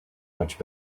much